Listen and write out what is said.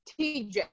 TJ